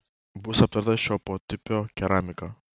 bus aptarta šio potipio keramika